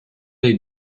dei